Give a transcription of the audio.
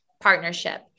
partnership